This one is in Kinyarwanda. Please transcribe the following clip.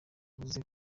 yavuze